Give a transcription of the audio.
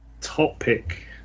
topic